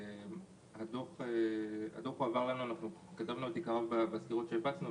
דו"ח הוועדה הועבר אלינו וכתבנו את עיקריו בסקירות שהופצו,